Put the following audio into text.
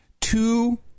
two